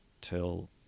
till